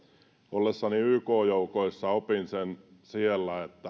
ollessani yk joukoissa opin siellä että